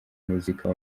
muzika